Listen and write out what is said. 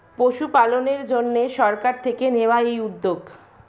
পশুপালনের জন্যে সরকার থেকে নেওয়া এই উদ্যোগ